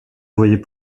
voyait